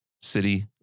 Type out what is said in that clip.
city